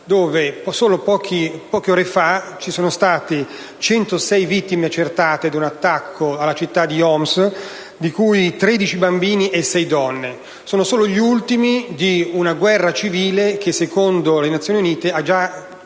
dove solo poche ore fa ci sono state 106 vittime accertate in un attacco alla cittadi Homs, di cui 13 bambini e sei donne. Sono solo le ultime vittime di una guerra civile che, secondo le Nazioni Unite, ha gia causato